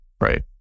right